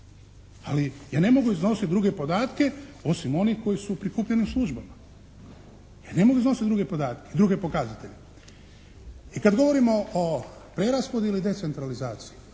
Ali ja ne mogu iznositi druge podatke osim onih koji su prikupljeni u službama. Ja ne mogu iznositi druge podatke, druge pokazatelje. I kad govorimo o prelasku ili decentralizaciji,